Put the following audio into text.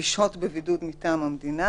לשהות בבידוד מטעם המדינה,